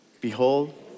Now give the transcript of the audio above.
Behold